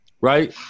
right